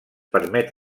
permet